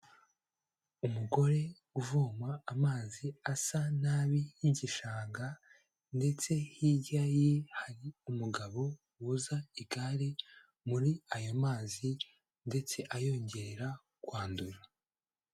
Umugore uvoma amazi asa nabi y'igishanga ndetse hirya ye hari umugabo woza igare muri aya mazi ndetse ayongerera kwandura.